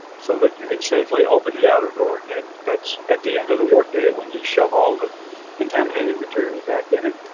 so that you can safely open the outer door, that that's at the end of the workday when you shove all the contaminated materials back in it,